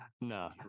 No